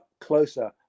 closer